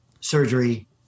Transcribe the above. surgery